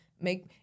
make